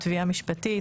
תביעה משפטית,